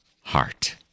heart